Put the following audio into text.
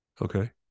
Okay